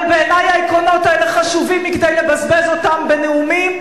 אבל בעיני העקרונות האלה חשובים מכדי לבזבז אותם בנאומים